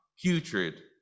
putrid